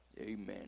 Amen